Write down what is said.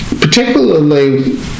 particularly